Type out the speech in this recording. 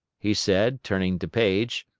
he said, turning to paige,